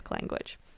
language